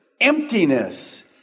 emptiness